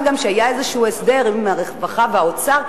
מה גם שהיה איזה הסדר עם הרווחה והאוצר,